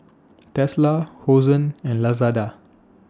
Tesla Hosen and Lazada